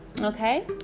okay